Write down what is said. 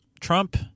Trump –